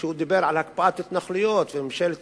כשהוא דיבר על הקפאת התנחלויות וממשלת